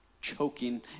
choking